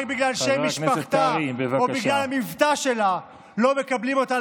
החוק הזה הוא שירת הברבור של כחול לבן.